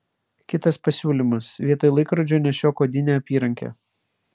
kitas pasiūlymas vietoj laikrodžio nešiok odinę apyrankę